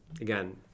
again